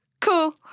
cool